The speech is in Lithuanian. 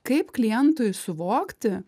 kaip klientui suvokti